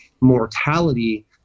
mortality